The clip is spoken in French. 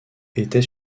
était